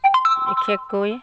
বিশেষকৈ